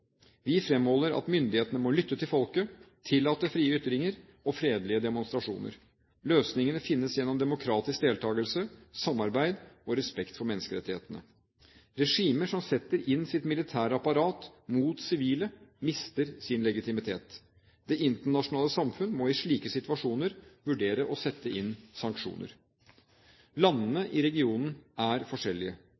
Vi fremholder at myndighetene må lytte til folket, tillate frie ytringer og fredelige demonstrasjoner. Løsningene finnes gjennom demokratisk deltakelse, samarbeid og respekt for menneskerettighetene. Regimer som setter inn sitt militære apparat mot sivile, mister sin legitimitet. Det internasjonale samfunn må i slike situasjoner vurdere å sette inn sanksjoner. Landene